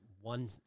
one